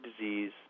disease